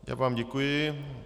Já vám děkuji.